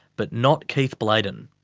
but not keith bladon.